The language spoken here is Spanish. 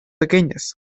pequeñas